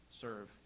serve